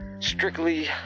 strictly